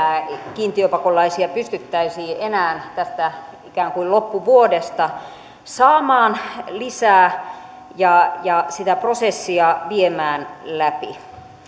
kiintiöpakolaisia pystyttäisiin enää tästä ikään kuin loppuvuodesta saamaan lisää ja ja sitä prosessia viemään läpi